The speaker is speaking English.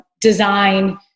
design